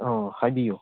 ꯑꯣ ꯍꯥꯏꯕꯤꯌꯨ